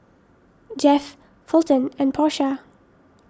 Jeff Fulton and Porsha